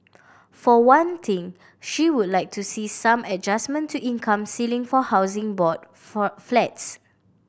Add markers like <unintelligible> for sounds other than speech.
for one thing she would like to see some adjustment to income ceiling for Housing Board <unintelligible> flats